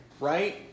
right